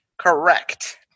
Correct